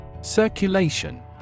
Circulation